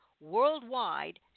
worldwide